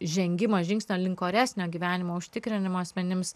žengimo žingsnio link oresnio gyvenimo užtikrinimo asmenims